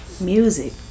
Music